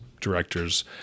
directors